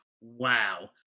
wow